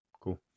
cool